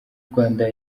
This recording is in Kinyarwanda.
rwanda